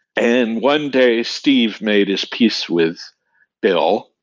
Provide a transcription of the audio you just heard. and one day, steve made his peace with bill,